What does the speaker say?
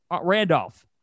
Randolph